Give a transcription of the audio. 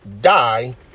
die